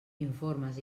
informes